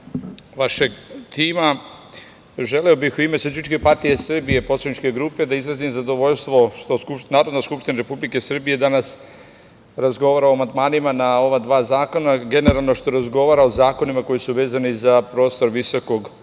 vašeg tima, želeo bih u ime SPS i poslaničke grupe da izrazim zadovoljstvo što Narodna skupština Republike Srbije danas razgovara o amandmanima na ova dva zakona, generalno što razgovara o zakonima koji su vezani za prostor visokog